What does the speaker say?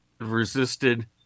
resisted